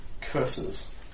Curses